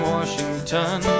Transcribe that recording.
Washington